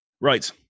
Right